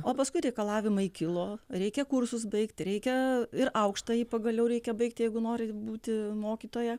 o paskui reikalavimai kilo reikia kursus baigti reikia ir aukštąjį pagaliau reikia baigti jeigu norit būti mokytoja